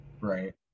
Right